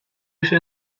hizo